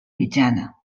mitjana